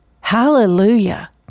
Hallelujah